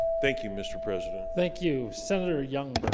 thank you mr. president thank you senator young